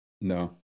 No